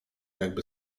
jakby